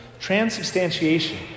transubstantiation